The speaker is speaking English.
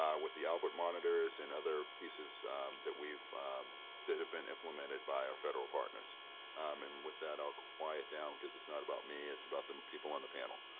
um with the albert monitors and other pieces that we've that have been implemented by our federal partners. um and with that, i'll quiet down because it's not about me. it's about the people on the panel.